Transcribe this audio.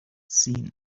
seen